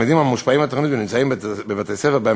ומספר התלמידים המושפעים מהתוכנית ונמצאים בבתי-ספר שבהם